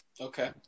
okay